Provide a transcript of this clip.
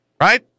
right